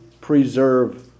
preserve